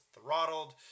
throttled